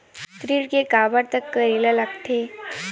ऋण के काबर तक करेला लगथे?